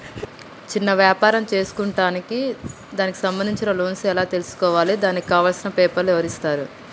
చిన్న వ్యాపారం చేసుకుంటాను దానికి సంబంధించిన లోన్స్ ఎలా తెలుసుకోవాలి దానికి కావాల్సిన పేపర్లు ఎవరిస్తారు?